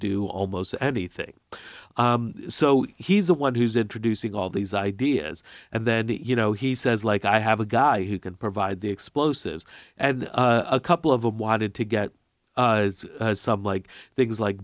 do almost anything so he's the one who's introducing all these ideas and then you know he says like i have a guy who can provide the explosives and a couple of them wanted to get some like things like